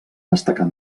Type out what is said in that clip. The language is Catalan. destacar